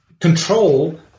control